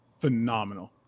phenomenal